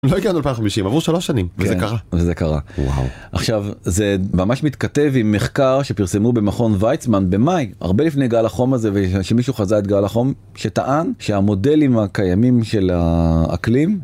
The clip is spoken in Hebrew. זה לא יקרה לנו ב2050, עברו 3 שנים. וזה קרה. וזה קרה. וואו. עכשיו זה ממש מתכתב עם מחקר שפרסמו במכון ויצמן במאי, הרבה לפני גל החום הזה ושמישהו חזה את גל החום, שטען שהמודלים הקיימים של ה... אקלים...